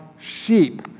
sheep